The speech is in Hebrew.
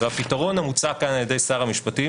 והפתרון המוצע כאן על ידי שר המשפטים,